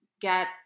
get